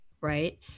right